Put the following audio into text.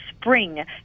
spring